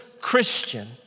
Christian